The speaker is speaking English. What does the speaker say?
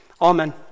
Amen